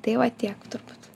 tai va tiek turbūt